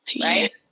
right